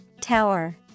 Tower